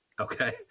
Okay